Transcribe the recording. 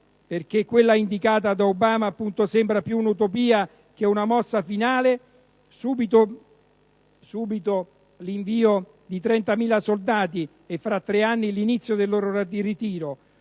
perché quella indicata da Obama sembra più un'utopia che una mossa finale: subito l'invio di 30.000 soldati e fra tre anni l'inizio del loro ritiro.